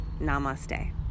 Namaste